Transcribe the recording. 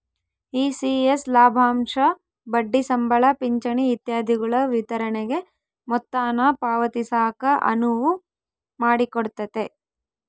ECS ಲಾಭಾಂಶ ಬಡ್ಡಿ ಸಂಬಳ ಪಿಂಚಣಿ ಇತ್ಯಾದಿಗುಳ ವಿತರಣೆಗೆ ಮೊತ್ತಾನ ಪಾವತಿಸಾಕ ಅನುವು ಮಾಡಿಕೊಡ್ತತೆ